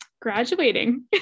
graduating